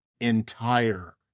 entire